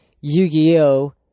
Yu-Gi-Oh